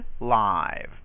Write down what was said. live